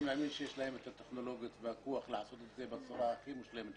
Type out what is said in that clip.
אני מאמין שיש לה את הטכנולוגיות והכוח לעשות את זה בצורה הכי מושלמת.